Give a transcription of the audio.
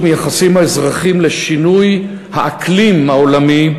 מייחסים האזרחים לשינוי האקלים העולמי,